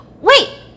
Wait